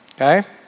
okay